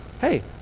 Hey